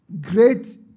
Great